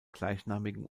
gleichnamigen